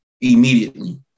immediately